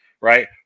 right